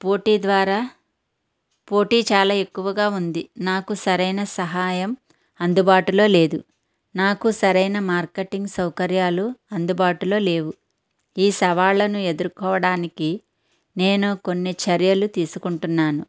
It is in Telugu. పోటీ ద్వారా పోటీ చాలా ఎక్కువగా ఉంది నాకు సరైన సహాయం అందుబాటులో లేదు నాకు సరైన మార్కెటింగ్ సౌకర్యాలు అందుబాటులో లేవు ఈ సవాళ్ళను ఎదుర్కోవడానికి నేను కొన్ని చర్యలు తీసుకుంటున్నాను